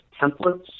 templates